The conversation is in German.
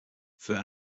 für